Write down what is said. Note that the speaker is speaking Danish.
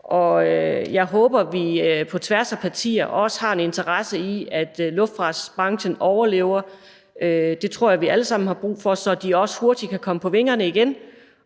Og jeg håber, vi på tværs af partier også har en interesse i, at luftfartsbranchen overlever. Det tror jeg vi alle sammen har brug for, så de også hurtigt kan komme på vingerne igen.